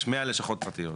יש 100 לשכות פרטיות.